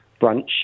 brunch